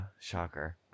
shocker